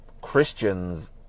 christians